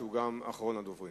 שהוא גם אחרון הדוברים.